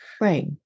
Right